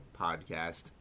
Podcast